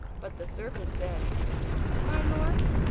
but the servant said my lord,